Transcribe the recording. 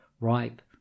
ripe